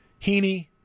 Heaney